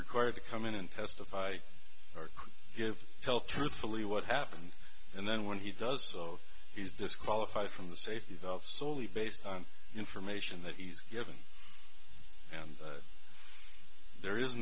required to come in and testify or give tell truthfully what happened and then when he does so he's disqualified from the safety valve soley based on information that he's given and there is